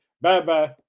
Bye-bye